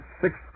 six